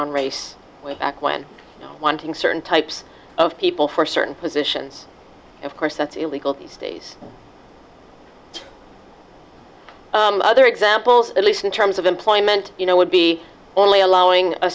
on race back when wanting certain types of people for certain positions of course that's illegal these days other examples at least in terms of employment you know would be only allowing a